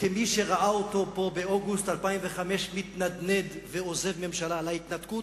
כמי שראה אותו פה באוגוסט 2005 מתנדנד ועוזב ממשלה על ההתנתקות,